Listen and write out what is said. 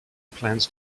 plans